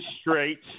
straight